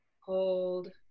Hold